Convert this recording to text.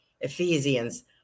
Ephesians